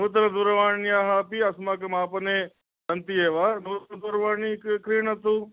नूतनदूरवाण्याः अपि अस्माकं आपणे सन्ति एव नूतनदूरवाणी क्रीणन्तु